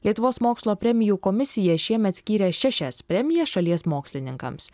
lietuvos mokslo premijų komisija šiemet skyrė šešias premijas šalies mokslininkams